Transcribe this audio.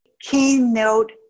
keynote